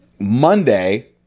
Monday